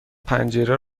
پنجره